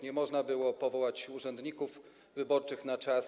Nie można było powołać urzędników wyborczych na czas.